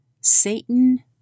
Satan